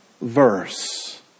verse